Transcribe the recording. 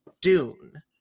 Dune